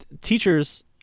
teachers